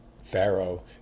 pharaoh